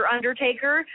Undertaker